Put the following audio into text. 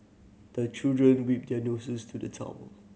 the children wipe their noses to the towel